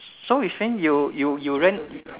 so which mean you you you rent